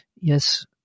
Yes